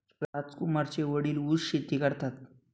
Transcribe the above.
राजकुमारचे वडील ऊस शेती करतात